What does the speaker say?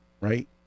right